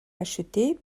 achetée